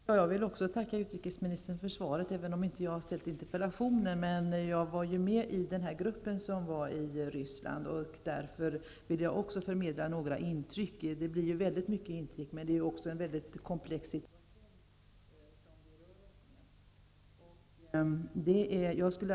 Herr talman! Jag vill också tacka utrikesministern för svaret, även om det inte är jag som har väckt interpellationen. Jag var medlem i den grupp som besökte Ryssland, och därför vill jag också förmedla några intryck. Där var många intryck, men det råder en komplex situation där som berör oss nu.